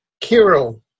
Kirill